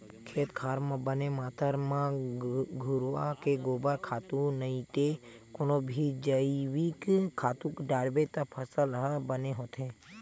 खेत खार म बने मातरा म घुरूवा के गोबर खातू नइते कोनो भी जइविक खातू डारबे त फसल ह बने होथे